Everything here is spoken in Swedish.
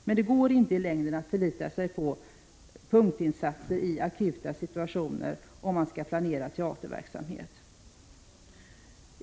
Men det går inte att i längden förlita sig på punktinsatser i akuta | situationer om man skall planera teaterverksamhet.